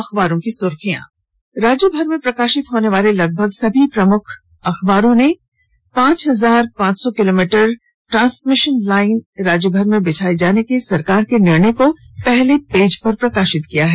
अखबारों की सुर्खियां राज्य में प्रकाशित होने वाले लगभग सभी प्रमुख दैनिक अखबारों ने राज्यभर में पांच हजार पांच सौ किलोमीटर ट्रांसमिशन लाइन बिछाये जाने के सरकार के निर्णय को पहले पेज पर प्रकाशित किया है